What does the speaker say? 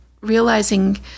realizing